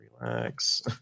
relax